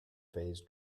phase